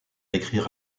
écrire